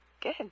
Good